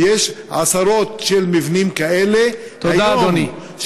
יש עשרות מבנים כאלה היום, תודה, אדוני.